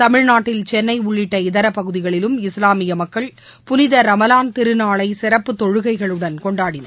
தமிழ்நாட்டில் சென்னை உள்ளிட்ட இதர பகுதிகளிலும் இஸ்லாமிய மக்கள் புனித ரமலாள் திருநாளை சிறப்பு தொழுகைகளுடன் கொண்டாடினர்